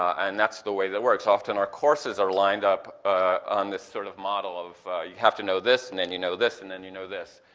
and that's the way that works, and often our courses are lined up on this sort of model of you have to know this, and then you know this and then you know this.